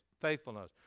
faithfulness